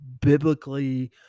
biblically